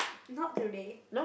not today